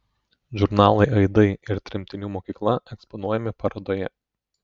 žurnalai aidai ir tremtinių mokykla eksponuojami parodoje